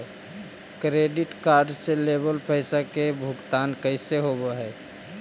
Credit card से लेवल पैसा के भुगतान कैसे होव हइ?